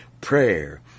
prayer